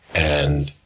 and